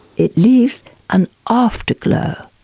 it leaves an afterglow.